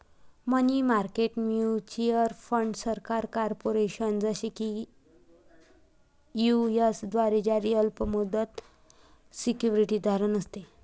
मनी market mutual fund सरकार, corporation, जसे की यू.एस द्वारे जारी अल्प मुदत सिक्युरिटीज धारण असते